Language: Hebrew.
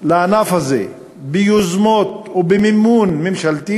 לענף הזה ביוזמות ובמימון ממשלתי,